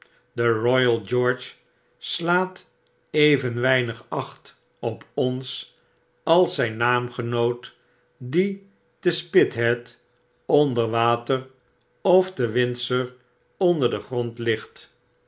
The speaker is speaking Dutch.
de royal george slaat even weinig acht op ons als zyn naamgenoot die te spithead onder water of te windsor onder den grond ligt